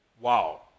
Wow